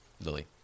lily